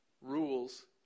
rules